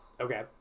Okay